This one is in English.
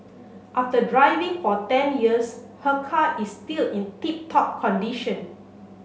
after driving for ten years her car is still in tip top condition